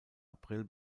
april